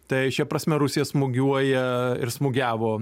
tai šia prasme rusija smūgiuoja ir smūgiavo